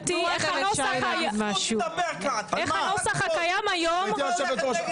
הניחו את דעתי איך הנוסח הקיים היום --- גברתי יושבת הראש,